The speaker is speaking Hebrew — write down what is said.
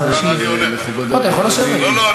מרצ, לא יודעים מה להחליט, זו הבעיה שלכם.